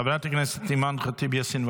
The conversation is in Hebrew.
חברת הכנסת אימאן ח'טיב יאסין,